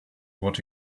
what